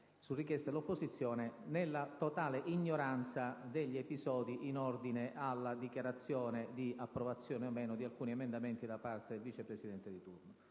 su richiesta dell'opposizione, nella totale ignoranza degli episodi in ordine alla dichiarazione di approvazione o meno di alcuni emendamenti da parte del Vice Presidente di turno.